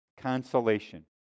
consolation